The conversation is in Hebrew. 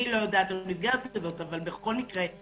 אני לא יודעת על מסגרת כזו, אבל בכל מקרה,